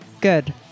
Good